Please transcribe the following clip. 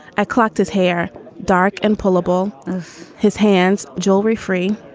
i clocked his hair dark and pulled a bowl of his hands, jewelry free,